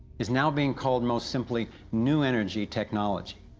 is now being called most simply, new energy technology.